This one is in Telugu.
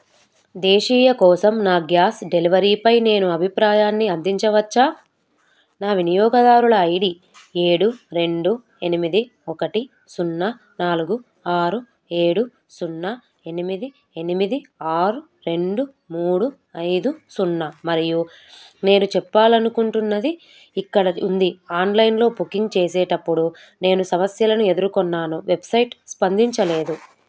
దేశీయ కోసం నా గ్యాస్ డెలివరీపై నేను అభిప్రాయాన్ని అందించవచ్చా నా వినియోగదారుల ఐ డీ ఏడు రెండు ఎనిమిది ఒకటి సున్నా నాలుగు ఆరు ఏడు సున్నా ఎనిమిది ఎనిమిది ఆరు రెండు మూడు ఐదు సున్నా మరియు నేను చెప్పాలి అనుకుంటున్నది ఇక్కడ ఉంది ఆన్లైన్లో బుకింగ్ చేసేటప్పుడు నేను సమస్యలను ఎదురుకొన్నాను వెబ్సైట్ స్పందించలేదు